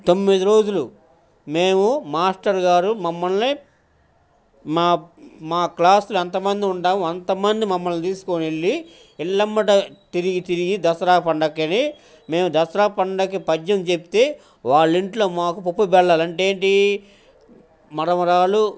తొమ్మిది రోజులు మేము మాస్టర్ గారు మమ్మల్ని మా మా క్లాసులో అంతమంది ఉన్నామో అంతమందిని మమ్మల్ని తీసుకొని వెళ్లి ఇళ్ళ వెంబట తిరిగి తిరిగి దసరా పండక్కి అని మేము దసరా పండగ పద్యం చెప్తే వాళ్ళ ఇంట్లో మాకు పప్పు బెల్లాలంటే ఏంటి మరమరాలు